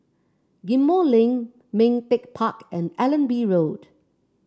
Ghim Moh Link Ming Teck Park and Allenby Road